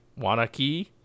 Wanaki